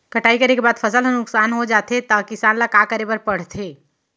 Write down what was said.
कटाई करे के बाद फसल ह नुकसान हो जाथे त किसान ल का करे बर पढ़थे?